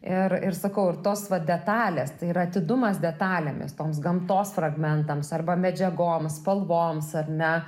ir ir sakau ir tos va detalės tai yra atidumas detalėmis toms gamtos fragmentams arba medžiagoms spalvoms ar ne